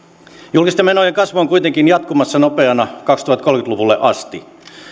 julkisten menojen kasvu on kuitenkin jatkumassa nopeana kaksituhattakolmekymmentä luvulle asti